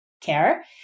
care